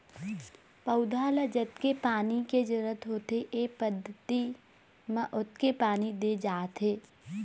पउधा ल जतके पानी के जरूरत होथे ए पद्यति म ओतके पानी दे जाथे